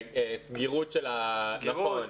סגירות של נכון.